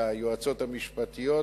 ליועצות המשפטיות,